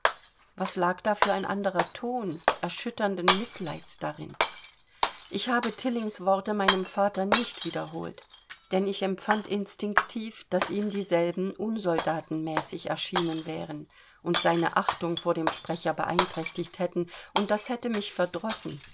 was lag da für ein anderer ton erschütternden mitleids darin ich habe tillings worte meinem vater nicht wiederholt denn ich empfand instinktiv daß ihm dieselben unsoldatenmäßig erschienen wären und seine achtung vor dem sprecher beeinträchtigt hätten und das hätte mich verdrossen